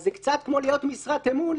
זה קצת כמו להיות משרת אמון,